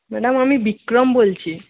madam আমি বিক্রম বলছি